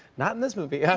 not in this movie. yeah